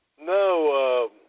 No